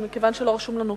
מכיוון שלא רשום לנו כאן,